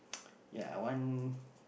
ya I want